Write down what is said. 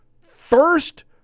first